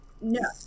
no